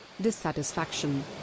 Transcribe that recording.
Dissatisfaction